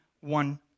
one